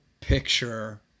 picture